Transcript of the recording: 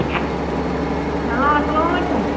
hello اَسَلام علیکُم